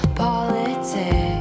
politics